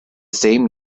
same